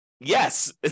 yes